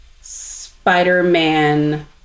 Spider-Man